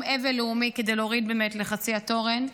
אבל לאומי כדי להוריד באמת לחצי התורן.